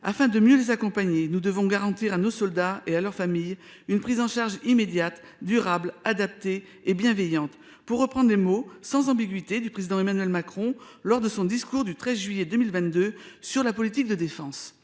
afin de mieux les accompagner, nous devons garantir à nos soldats et à leurs familles. Une prise en charge immédiate durable adapté et bienveillante pour reprendre un mot sans ambiguïté du président Emmanuel Macron lors de son discours du 13 juillet 2022 sur la politique de défense.